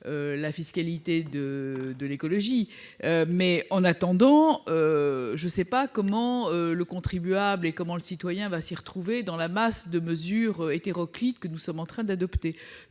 la fiscalité de l'écologie. En attendant, je ne sais pas comment le contribuable, le citoyen, va se retrouver dans la masse de mesures hétéroclites que nous sommes en train d'adopter.